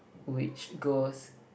which goes